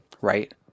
right